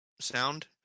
sound